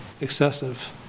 excessive